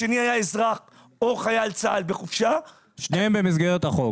השני היה אזרח או חייל צה"ל בחופשה --- שניהם במסגרת החוק.